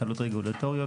הקלות רגולטוריות.